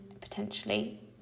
potentially